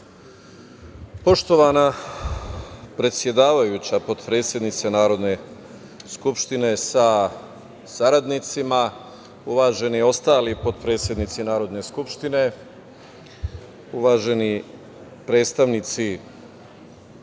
Poštovana predsedavajuća, potpredsednice Narodne skupštine sa saradnicima, uvaženi ostali potpredsednici Narodne skupštine, uvaženi predstavnici